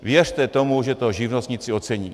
Věřte tomu, že to živnostníci ocení.